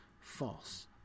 false